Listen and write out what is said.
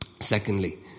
secondly